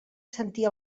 sentir